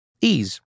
Ease